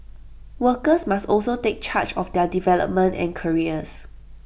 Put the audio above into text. workers must also take charge of their development and careers